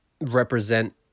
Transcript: represent